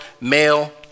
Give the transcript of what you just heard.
male